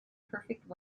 perfect